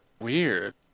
weird